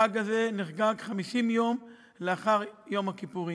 החג הזה נחגג 50 יום לאחר יום הכיפורים.